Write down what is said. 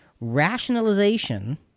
Rationalization